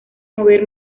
mover